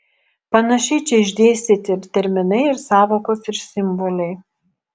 panašiai čia išdėstyti ir terminai ir sąvokos ir simboliai